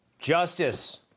Justice